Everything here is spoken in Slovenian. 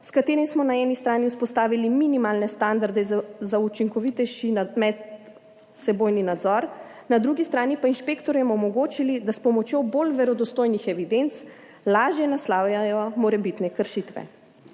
s katerim smo na eni strani vzpostavili minimalne standarde za učinkovitejši medsebojni nadzor, na drugi strani pa inšpektorjem omogočili, da s pomočjo bolj verodostojnih evidenc lažje naslavljajo morebitne kršitve.